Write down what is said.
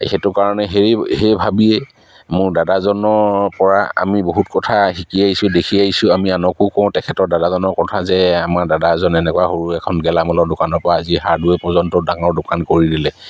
এই সেইটো কাৰণে সেই সেই ভাবিয়েই মোৰ দাদাজনৰ পৰা আমি বহুত কথা শিকি আহিছোঁ দেখি আহিছোঁ আমি আনকো কওঁ তেখেতৰ দাদাজনৰ কথা যে আমাৰ দাদা এজন এনেকুৱা সৰু এখন গেলামলৰ দোকানৰপৰা আজি হাৰ্ডৱেৰ পৰ্যন্ত ডাঙৰ দোকান কৰি দিলে